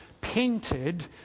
painted